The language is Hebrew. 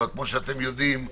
אבל כפי שאתם יודעים,